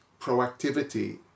proactivity